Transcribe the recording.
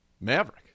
Maverick